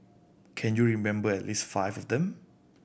can you remember at least five of them